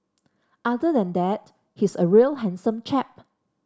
other than that he's a real handsome chap